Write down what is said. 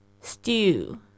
stew